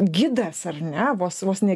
gidas ar ne vos vos ne